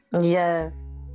Yes